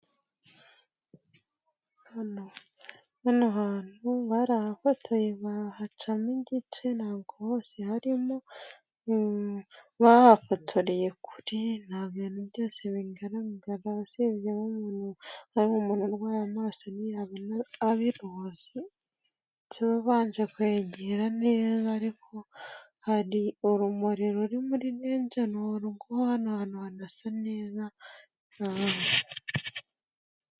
Hano hantu barahafotoye bahacamo igice ntabwo hose harimo. Bahafotoreye kure, nta bintu byose bigaragara usibye nk'umuntu urwaye amaso ntiyaba abiruzi keretse abanje kwegera neza, ariko hari urumuri ruri muri iyo nzu. Hano hantu harasa neza.